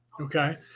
Okay